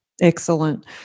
Excellent